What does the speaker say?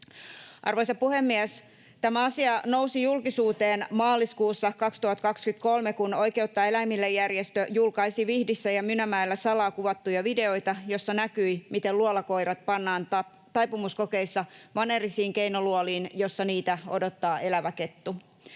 Arvoisa puhemies! Tämä asia nousi julkisuuteen maaliskuussa 2023, kun Oikeutta eläimille ‑järjestö julkaisi Vihdissä ja Mynämäellä salaa kuvattuja videoita, joissa näkyi, miten luolakoirat pannaan taipumuskokeissa vanerisiin keinoluoliin, joissa niitä odottaa elävä kettu.